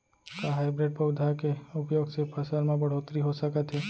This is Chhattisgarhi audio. का हाइब्रिड पौधा के उपयोग से फसल म बढ़होत्तरी हो सकत हे?